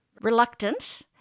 Reluctant